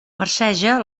marceja